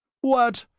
what!